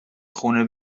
خونه